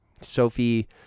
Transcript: Sophie